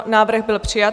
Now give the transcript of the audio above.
Návrh byl přijat.